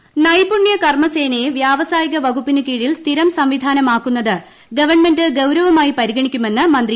P Ramakrishnan നൈപുണ്യ കർമസേനയെ വ്യാവസായിക വകുപ്പിന് കീഴിൽ സ്ഥിരം സംവിധാനമാക്കുന്നത് ഗവൺമെന്റ് ഗൌരവമായി പരിഗണിക്കുമെന്ന് മന്ത്രി